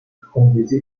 خونریزی